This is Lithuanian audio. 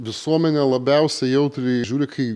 visuomenė labiausiai jautriai žiūri kai